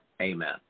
Amen